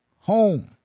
home